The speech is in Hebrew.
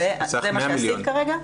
וזה מה שעשית כרגע?